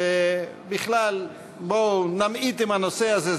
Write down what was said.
ובכלל בואו נמעיט בנושא הזה,